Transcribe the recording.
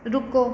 ਰੁਕੋ